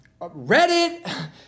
Reddit